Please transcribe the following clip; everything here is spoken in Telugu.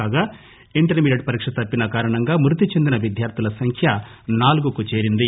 కాగా ఇంటర్మీడియెట్ పరీకక తప్పిన కారణంగా మృతిచెందిన విద్యార్థుల సంఖ్య నాలుగుకు చేరింది